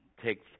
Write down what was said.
take